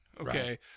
Okay